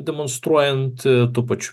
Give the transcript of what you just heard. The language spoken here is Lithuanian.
demonstruojant tuo pačiu